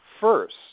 First